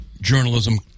journalism